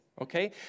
Okay